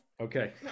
Okay